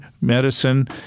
medicine